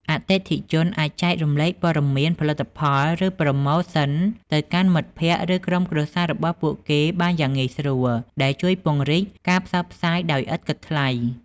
អតិថិជនអាចចែករំលែកព័ត៌មានផលិតផល ឬប្រូម៉ូសិនទៅកាន់មិត្តភក្តិ ឬក្រុមគ្រួសាររបស់ពួកគេបានយ៉ាងងាយស្រួល ដែលជួយពង្រីកការផ្សព្វផ្សាយដោយឥតគិតថ្លៃ។